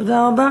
תודה רבה.